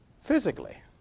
physically